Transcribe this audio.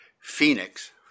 Phoenix